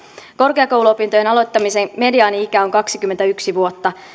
korkeakouluopintojen aloittamisen mediaani ikä on kaksikymmentäyksi vuotta